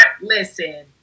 Listen